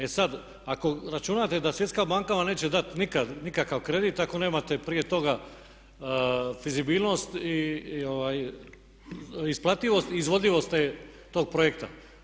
E sad ako računate da Svjetska banka vam neće dati nikad nikakav kredit ako nemate prije toga vizibilnost i isplativost i izvodljivost tog projekta.